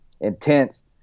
intense